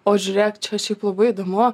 o žiūrėk čia šiaip labai įdomu